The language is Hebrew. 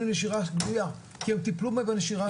לנשירה גלויה כי הם טיפלו בנשירה הסמויה.